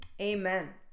Amen